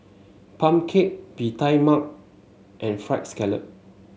pumpkin cake Bee Tai Mak and fried scallop